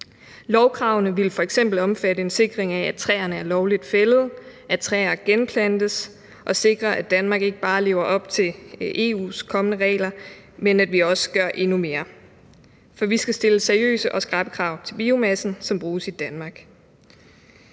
Lovkravene ville f.eks. omfatte en sikring af, at træerne er lovligt fældet, og at træer genplantes, og de ville sikre, at Danmark lever op til ikke bare EU's kommende regler, men at vi også gør endnu mere. For vi skal stille seriøse og skrappe krav til biomassen, som bruges i Danmark.